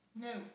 No